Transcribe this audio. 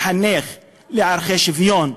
לחנך לערכי שוויון,